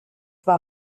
war